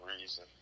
reason